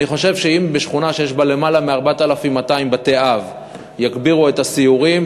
אני חושב שאם בשכונה שיש בה למעלה מ-4,200 בתי-אב יגבירו את הסיורים,